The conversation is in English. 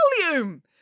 volume